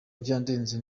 byandenze